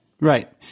Right